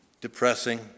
depressing